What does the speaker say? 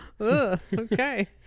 Okay